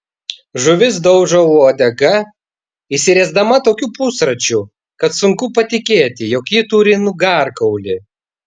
žuvis daužo uodega išsiriesdama tokiu pusračiu kad sunku patikėti jog ji turi nugarkaulį